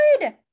good